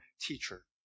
teacher